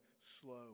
slow